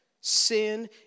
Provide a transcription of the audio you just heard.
Sin